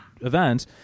event